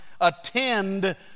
attend